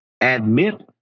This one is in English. admit